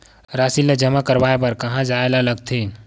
राशि ला जमा करवाय बर कहां जाए ला लगथे